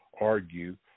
Argue